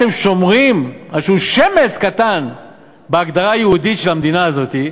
הייתם שומרים על איזה שמץ קטן בהגדרה היהודית של המדינה הזאת,